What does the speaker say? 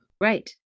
Right